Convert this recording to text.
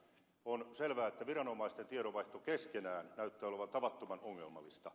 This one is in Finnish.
on selvää että viranomaisten tiedonvaihto keskenään näyttää olevan tavattoman ongelmallista